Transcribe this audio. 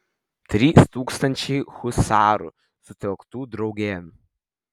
trys tūkstančiai husarų sutelktų draugėn